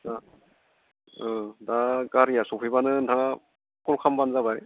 दा गारिया सफैब्लानो नोंथाङा कल खामब्लानो जाबाय